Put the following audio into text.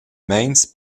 meins